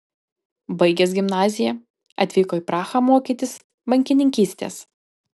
baigęs gimnaziją atvyko į prahą mokytis bankininkystės